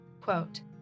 Quote